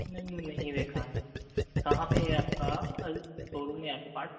ma'am नहीं देखा है कहाँ पर है आपका सोरूम आपका